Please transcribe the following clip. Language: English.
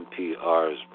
NPR's